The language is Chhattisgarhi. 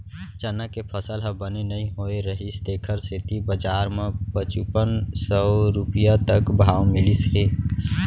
चना के फसल ह बने नइ होए रहिस तेखर सेती बजार म पचुपन सव रूपिया तक भाव मिलिस हे